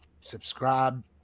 Subscribe